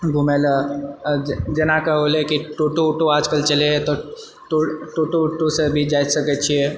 घुमए लऽ जेनाकि होलेकि टोटो वोटो आजकल चलए है तो टो टोटो वोटो से भी जाए सकैत छिए